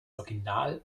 original